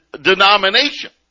denomination